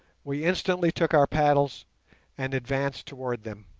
we instantly took our paddles and advanced towards them,